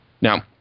Now